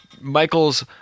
Michaels